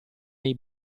nei